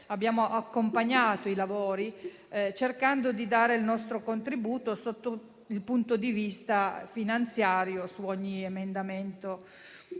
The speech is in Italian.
abbiamo accompagnato i lavori, cercando di dare il nostro contributo dal punto di vista finanziario su ogni emendamento.